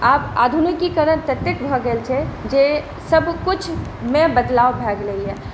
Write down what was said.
आब आधुनिकीकरण ततेक भऽ गेल छै जे सबकुछमे बदलाव भए गेलैया